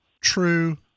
true